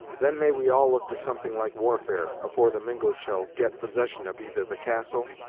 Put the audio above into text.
then may we all look to something like warfare, afore the mingos shall get possession of either the castle,